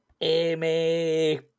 Amy